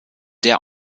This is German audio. der